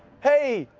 hey,